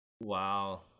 wow